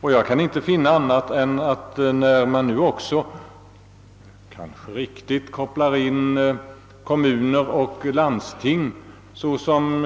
Och när man nu också, kanske med rätta, kopplar in kommuner och landsting såsom